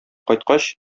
кайткач